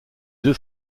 deux